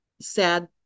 sad